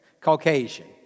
Caucasian